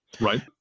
Right